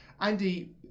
Andy